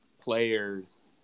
players